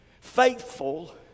faithful